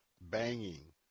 banging